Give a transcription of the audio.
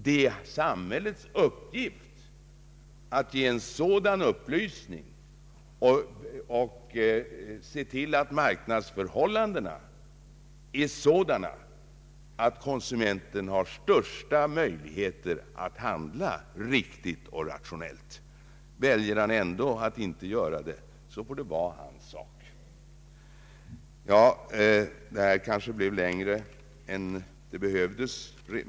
Det är samhällets uppgift att ge en sådan upplysning och se till att marknadsförhållandena är sådana att konsumenten har bästa möjliga förutsättningar att handla riktigt och rationellt. Väljer han ändå att inte göra det, må det vara hans sak. Ja, detta anförande kanske blev längre än det hade behövt vara.